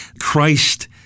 Christ